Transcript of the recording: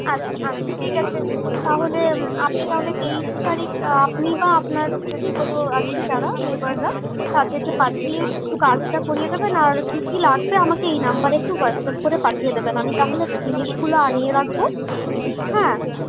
আচ্ছা আচ্ছা ঠিক আছে তাহলে আপনি তাহলে তেইশ তারিখ আপনি বা আপনার যদি কোনো আছে যারা লেবাররা তাদেরকে পাঠিয়ে একটু কাজটা করিয়ে দেবেন আর কি কি লাগবে আমাকে এই নাম্বারে একটু হোয়াটসঅ্যাপ করে পাঠিয়ে দেবেন আমি তাহলে জিনিসগুলো আনিয়ে রাখবো হ্যাঁ